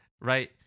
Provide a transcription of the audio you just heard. Right